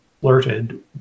flirted